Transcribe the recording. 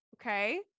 Okay